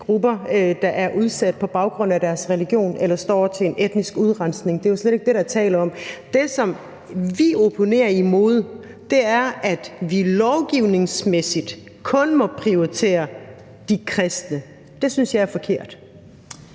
grupper, der er udsatte på grund af deres religion, eller som står til en etnisk udrensning. Det er jo slet ikke det, der er tale om. Det, som vi opponerer imod, er, at vi lovgivningsmæssigt kun må prioritere de kristne. Det synes jeg er forkert.